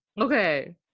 Okay